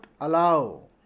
allow